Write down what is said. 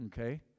okay